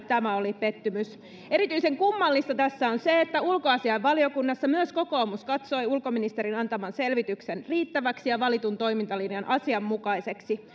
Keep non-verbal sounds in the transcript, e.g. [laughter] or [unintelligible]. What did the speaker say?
[unintelligible] tämä oli pettymys erityisen kummallista tässä on se että ulkoasiainvaliokunnassa myös kokoomus katsoi ulkoministerin antaman selvityksen riittäväksi ja valitun toimintalinjan asianmukaiseksi [unintelligible]